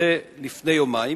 שהתבטא לפני יומיים,